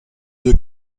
deux